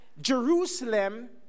Jerusalem